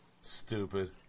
Stupid